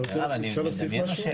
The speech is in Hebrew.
אפשר להוסיף משהו?